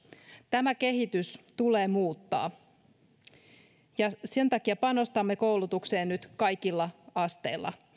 tämä kehitys tulee muuttaa sen takia panostamme koulutukseen nyt kaikilla asteilla